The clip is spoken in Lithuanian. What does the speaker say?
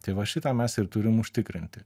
tai va šitą mes ir turim užtikrinti